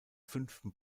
fünften